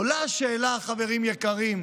עולה השאלה, חברים יקרים,